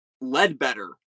Ledbetter